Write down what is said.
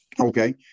Okay